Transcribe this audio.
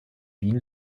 wien